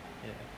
ya